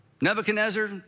Nebuchadnezzar